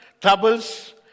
troubles